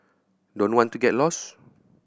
don't want to get lost